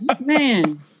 Man